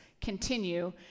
continue